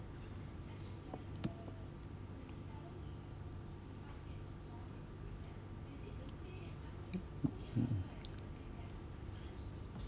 mm